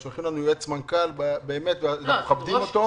שולחים לנו יועץ מנכ"ל, אנחנו אמנם מכבדים אותו.